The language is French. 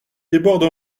déborde